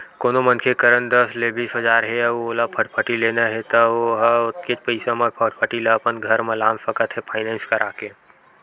कोनो मनखे करन दस ले बीस हजार हे अउ ओला फटफटी लेना हे त ओ ह ओतकेच पइसा म फटफटी ल अपन घर म लान सकत हे फायनेंस करा के